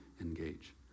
Engage